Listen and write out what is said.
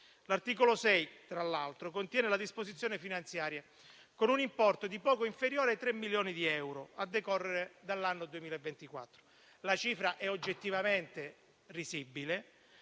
L'articolo 6, tra l'altro, contiene la disposizione finanziaria con un importo di poco inferiore ai 3 milioni di euro a decorrere dall'anno 2024. La cifra è oggettivamente risibile,